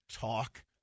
talk